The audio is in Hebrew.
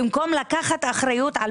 במקום לקחת אחריות בעצמכם,